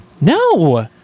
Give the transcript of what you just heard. No